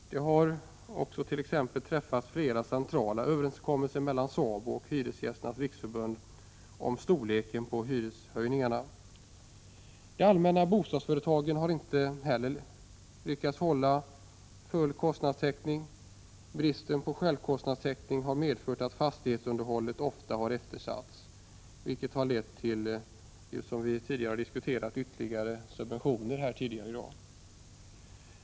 Det har t.ex. träffats flera centrala överenskommelser mellan SABO och Hyresgästernas riksförbund om storleken på hyreshöjningarna. De allmännyttiga bostadsföretagen har inte heller lyckats hålla full kostnadstäckning. Bristen på självkostnadstäckning har medfört att fastighetsunderhållet ofta eftersatts, vilket — som vi tidigare i dag har diskuterat — har lett till ytterligare subventioner.